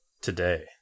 today